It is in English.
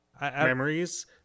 Memories